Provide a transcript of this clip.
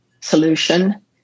solution